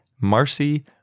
Marcy